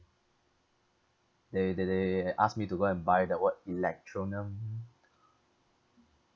they they they ask me to go and buy the what electroneum